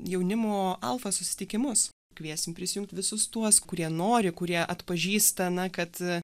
jaunimo alfa susitikimus kviesim prisijungt visus tuos kurie nori kurie atpažįsta na kad